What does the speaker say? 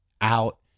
out